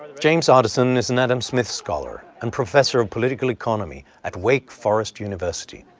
james otteson is an adam smith scholar and professor of political economy at wake forest university.